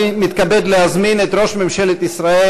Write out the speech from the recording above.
אני מתכבד להזמין את ראש ממשלת ישראל